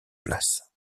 place